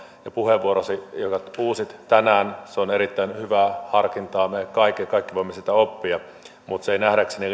ja puheenvuorosi jonka uusit tänään on erittäin hyvää harkintaa meille kaikille kaikki voimme siitä oppia mutta se ei nähdäkseni